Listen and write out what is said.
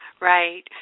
Right